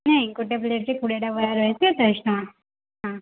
ନାଇଁ ଗୋଟେ ପ୍ଲେଟ୍ରେ କୁଡ଼ିଏଟା ବରା ରହିଥିବ ଚାଳିଶ ଟଙ୍କା ହଁ